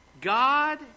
God